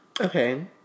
okay